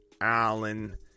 Allen